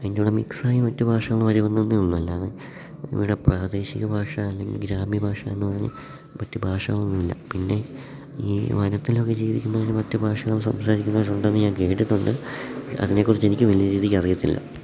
ഇതിൻ്റെ കൂടെ മിക്സായി മറ്റു ഭാഷകൾ വരുമെന്നേ ഉള്ളൂ അല്ലാതെ പിന്നെ പ്രാദേശിക ഭാഷ അല്ലെങ്കിൽ ഗ്രാമീണ ഭാഷ അല്ലെങ്കിൽ മറ്റു ഭാഷ എന്നൊന്നൂല്ല പിന്നേ ഈ വനത്തിൽ ഒക്കെ ജീവിക്കുന്നവർ മറ്റു ഭാഷകൾ സംസാരിക്കുന്നവർ ഉണ്ടെന്ന് ഞാൻ കേട്ടിട്ടുണ്ട് അതിനെ കുറിച്ച് എനിക്ക് വലിയ രീതിക്ക് അറിയത്തില്ല